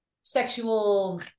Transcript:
sexual